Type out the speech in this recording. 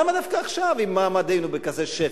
למה דווקא עכשיו אם מעמדנו בכזה שפל?